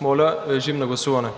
Моля, режим на гласуване.